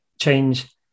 change